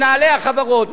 מנהלי החברות,